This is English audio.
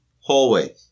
hallway